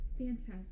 Fantastic